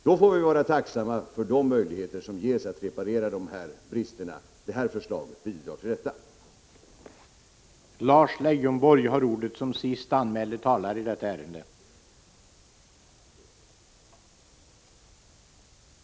Vi får därför vara tacksamma för de möjligheter som ges att reparera dessa brister, och det föreliggande förslaget bidrar till detta.